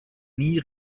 nie